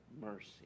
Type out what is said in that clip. mercy